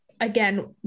again